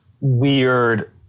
weird